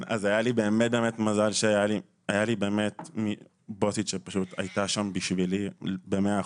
היה לי באמת מזל שהיתה לי בוסית שהיתה שם בשבילי במאה אחוזים.